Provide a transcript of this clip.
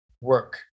work